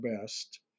best